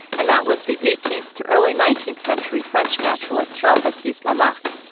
and that was the eighteenth to early nineteenth century french naturalist, jean-baptiste lamarck.